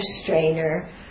strainer